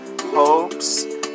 hopes